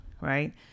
right